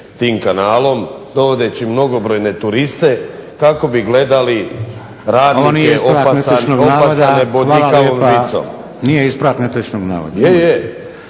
tim kanalom, dovodeći mnogobrojne turiste kako bi gledali radnike. **Šeks, Vladimir